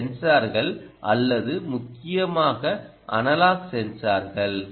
இது சென்சார்கள் அல்லது முக்கியமாக அனலாக் சென்சார்கள்